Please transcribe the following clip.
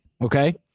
okay